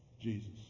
Jesus